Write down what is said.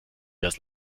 das